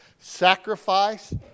sacrifice